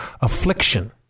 affliction